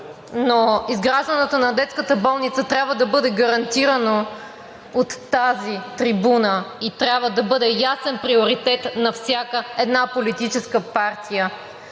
но изграждането на детската болница трябва да бъде гарантирано от тази трибуна и трябва да бъде ясен приоритет на всяка една политическа партия.